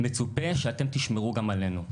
מצופה שאתם תשמרו גם עלינו.